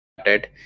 started